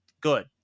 good